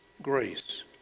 grace